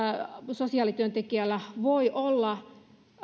sosiaalityöntekijällä voi olla